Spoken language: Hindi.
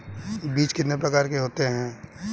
बीज कितने प्रकार के होते हैं?